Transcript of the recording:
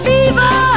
Fever